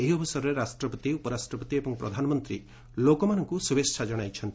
ଏହି ଅବସରରେ ରାଷ୍ଟ୍ରପତି ଉପରାଷ୍ଟ୍ରପତି ଏବଂ ପ୍ରଧାନମନ୍ତ୍ରୀ ଲୋକମାନଙ୍କୁ ଶୁଭେଚ୍ଛା ଜଣାଇଛନ୍ତି